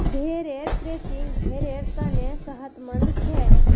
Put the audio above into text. भेड़ेर क्रचिंग भेड़ेर तने सेहतमंद छे